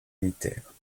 militaire